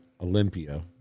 olympia